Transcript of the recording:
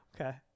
Okay